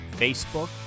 Facebook